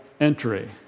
entry